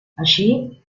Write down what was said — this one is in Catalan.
així